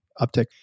uptick